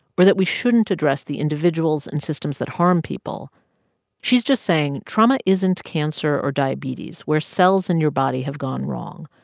that we shouldn't address the individuals and systems that harm people she's just saying trauma isn't cancer or diabetes, where cells in your body have gone wrong.